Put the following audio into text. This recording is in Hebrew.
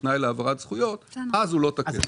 כתנאי להעברת זכויות אז הוא לא תקף.